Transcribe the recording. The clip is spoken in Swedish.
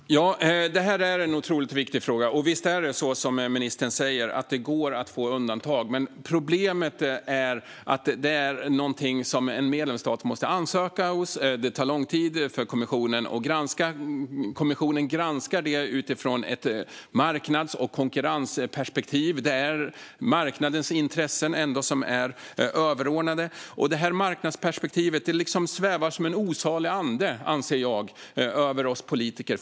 Fru talman! Detta är en otroligt viktig fråga. Visst är det som ministern säger, att det går att få undantag. Men problemet är att det är någonting som en medlemsstat måste ansöka om, och det tar lång tid för kommissionen att granska. Kommissionen granskar detta utifrån ett marknads och konkurrensperspektiv. Det är ändå marknadens intressen som är överordnade. Detta marknadsperspektiv svävar som en osalig ande, anser jag, över oss politiker.